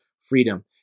freedom